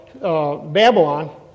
Babylon